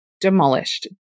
demolished